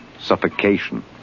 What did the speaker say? suffocation